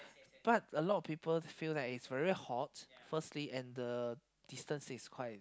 but a lot of people feel like it's very hot firstly and the distance is quite